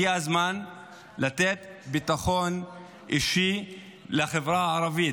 הגיע הזמן לתת ביטחון אישי לחברה הערבית.